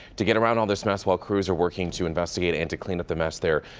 to get around all this mess while cries are working to investigate and clean up the mess there,